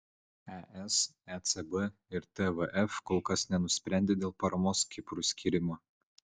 es ecb ir tvf kol kas nenusprendė dėl paramos kiprui skyrimo